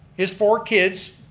his four kids,